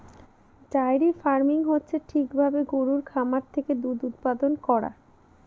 diary farming হচ্ছে ঠিক ভাবে গরুর খামার থেকে দুধ উৎপাদান করা